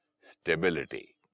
stability